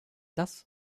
das